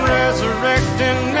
resurrecting